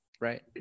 right